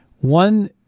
one